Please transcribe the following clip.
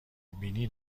بینی